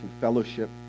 fellowship